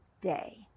day